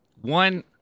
One